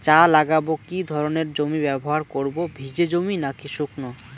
চা লাগাবো কি ধরনের জমি ব্যবহার করব ভিজে জমি নাকি শুকনো?